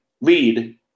lead